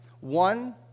One